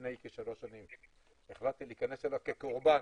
לפני כשלוש שנים החלטתי להכנס אליו כקורבן,